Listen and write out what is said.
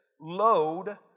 load